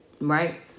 Right